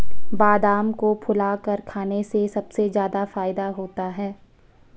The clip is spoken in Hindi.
बादाम को फुलाकर खाने से सबसे ज्यादा फ़ायदा होता है